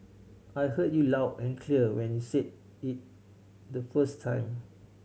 I heard you loud and clear when you said it the first time